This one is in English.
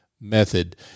method